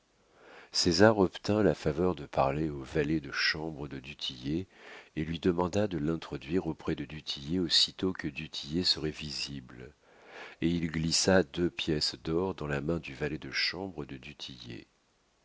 césar obtint la faveur de parler au valet de chambre de du tillet et lui demanda de l'introduire auprès de du tillet aussitôt que du tillet serait visible et il glissa deux pièces d'or dans la main du valet de chambre de